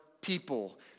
people